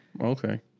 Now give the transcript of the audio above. Okay